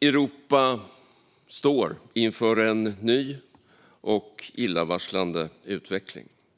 Europa står inför en ny och illavarslande utveckling.